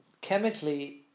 chemically